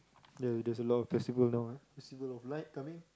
the there's a lot of festival now ah festival of light coming